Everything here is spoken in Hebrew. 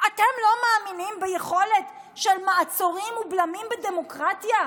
אתם לא מאמינים ביכולת של מעצורים ובלמים בדמוקרטיה?